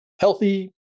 Healthy